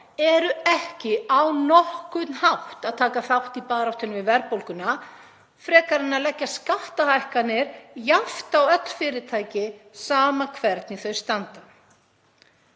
eru ekki á nokkurn hátt að taka þátt í baráttunni við verðbólguna, frekar en að leggja skattahækkanir jafnt á öll fyrirtæki, sama hvernig þau standa.